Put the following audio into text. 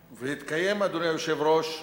והתקיים, אדוני היושב-ראש,